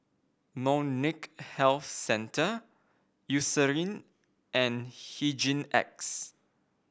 molnylcke health centre Eucerin and Hygin X